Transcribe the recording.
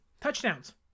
touchdowns